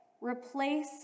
replace